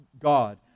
God